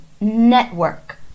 network